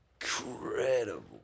incredible